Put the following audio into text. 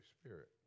Spirit